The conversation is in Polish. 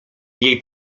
jej